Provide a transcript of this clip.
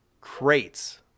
crates